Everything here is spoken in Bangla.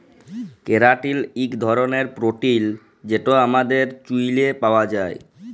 ক্যারাটিল ইক ধরলের পোটিল যেট আমাদের চুইলে পাউয়া যায়